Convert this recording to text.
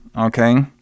Okay